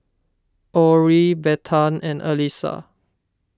Orie Bethann and Alyssia